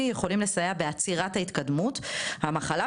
יכולים לסייע בעצירת התקדמות המחלה,